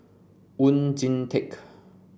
Oon Jin Teik